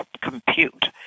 compute